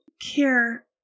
care